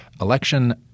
election